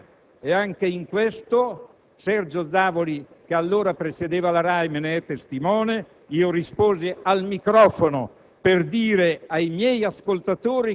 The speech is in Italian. La mia risposta fu molto chiara e anche in questo Sergio Zavoli, che allora presiedeva la RAI, me ne è testimone. Io risposi al microfono